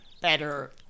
better